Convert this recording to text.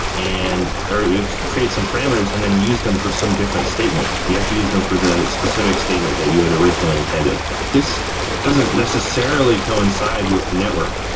and or create some parameters and then use them for some different statement. you have to use them for the specific statement that you had originally intended this doesn't necessarily come inside with the network.